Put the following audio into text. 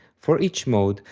for each mode,